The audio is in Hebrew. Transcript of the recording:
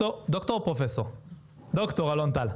פרופסור אלון טל.